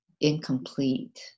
incomplete